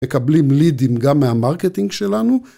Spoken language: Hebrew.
מקבלים לידים גם מהמרקטינג שלנו.